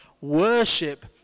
Worship